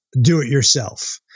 do-it-yourself